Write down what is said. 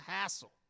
hassle